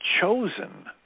chosen